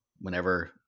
whenever